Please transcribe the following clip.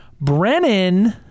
Brennan